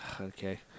Okay